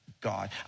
God